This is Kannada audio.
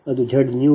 5 0